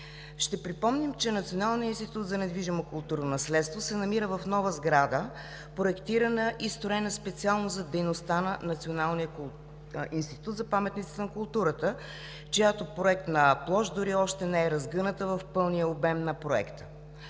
Ще припомним, че Националният институт за недвижимо културно наследство се намира в нова сграда, проектирана и строена специално за дейността на Националния институт за паметниците на културата, чиято проектна площ дори още не е разгъната в пълния обем на проекта.